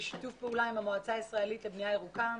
בשיתוף פעולה עם המועצה הישראלית לבנייה ירוקה,